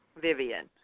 Vivian